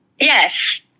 Yes